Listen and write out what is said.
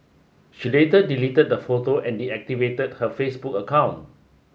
she later deleted the photo and deactivated her Facebook account